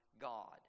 God